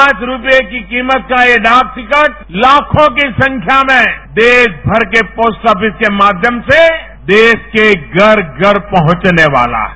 पांच रुपये की कीमत का यह डाक टिकट लाखों की संख्या में देशभर के पोस्ट आफिस के माध्यम से देश के घर घर पहुंचने वाला है